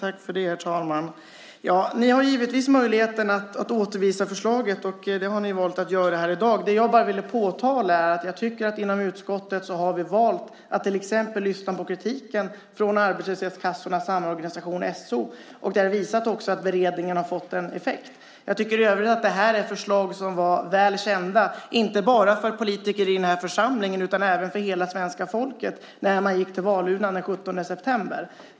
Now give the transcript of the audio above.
Herr talman! Ni har givetvis möjligheten att återförvisa förslaget, och det har ni valt att göra här i dag. Jag vill bara påtala att jag tycker att vi inom utskottet har valt att till exempel lyssna på kritiken från Arbetslöshetskassornas Samorganisation, SO. Det har också visat sig att beredningen har fått en effekt. Jag tycker i övrigt att det här är förslag som var väl kända inte bara för politiker i den här församlingen utan även för hela svenska folket när man gick till valurnorna den 17 september.